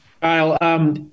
Kyle